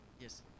Yes